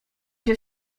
się